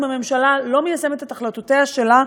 אם הממשלה לא מיישמת את החלטותיה שלה,